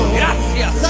gracias